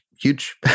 huge